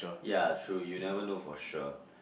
ya true you never know for sure